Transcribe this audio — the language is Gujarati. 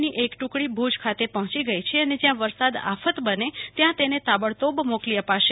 ની એક ટૂકડી ભુજ ખાતે પહોંચી ગઈ છે અને જ્યાં વરસાદ આફત બને ત્યાં તેને તાબડતોબ મોકલી અપાશે